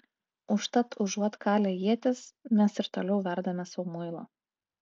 užtat užuot kalę ietis mes ir toliau verdame sau muilą